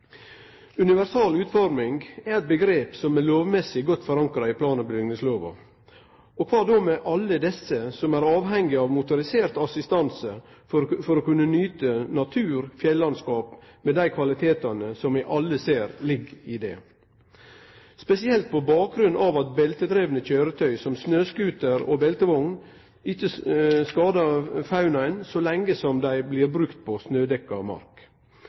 Universal utforming er eit omgrep som er lovmessig godt forankra i plan- og bygningslova. Kva då med alle desse som er avhengige av motorisert assistanse for å kunne nyte natur og fjellandskap, med dei kvalitetane som vi alle ser ligg i det – spesielt på bakgrunn av at beltedrivne køyretøy som snøscooter og beltevogn ikkje skadar faunaen så lenge dei blir brukte på snødekt mark? Likevel er det sterke avgrensingar, og